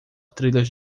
trilhas